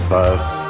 First